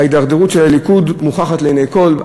ההידרדרות של הליכוד מוכחת לעיני כול,